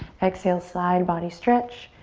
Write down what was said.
exhale, side body stretch.